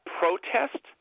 protest